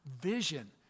vision